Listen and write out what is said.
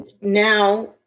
now